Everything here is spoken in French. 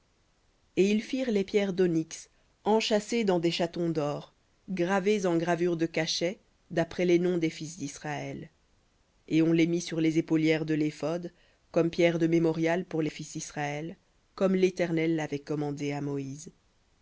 et ils firent les pierres d'onyx enchâssées dans des chatons d'or gravées en gravure de cachet d'après les noms des fils disraël et on les mit sur les épaulières de l'éphod comme pierres de mémorial pour les fils d'israël comme l'éternel l'avait commandé à moïse